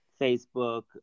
Facebook